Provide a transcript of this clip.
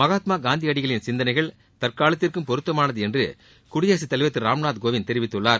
மகாத்மா காந்தியடிகளின் சிந்தனைகள் தற்காலத்திற்கும் பொருத்தமானது என்று குடியரசு தலைவர் திரு ராம்நாத் கோவிந்த் தெரிவித்துள்ளார்